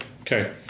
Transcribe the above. Okay